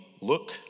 look